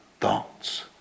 thoughts